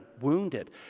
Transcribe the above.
wounded